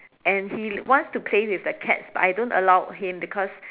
and he wants to play with the cats but I don't allow him because